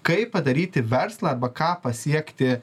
kaip padaryti verslą arba ką pasiekti